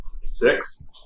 Six